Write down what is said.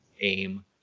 aim